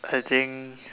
I think